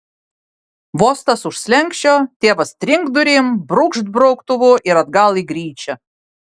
vos tas už slenksčio tėvas trinkt durim brūkšt brauktuvu ir atgal į gryčią